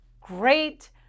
great